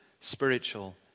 spiritual